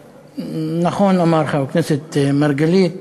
נכון לומר, חבר הכנסת מרגלית,